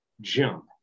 jump